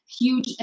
huge